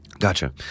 Gotcha